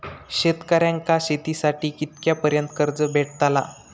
शेतकऱ्यांका शेतीसाठी कितक्या पर्यंत कर्ज भेटताला?